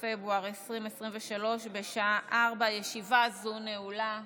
28 בפברואר 2023, בשעה 16:00. ישיבה זו נעולה.